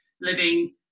living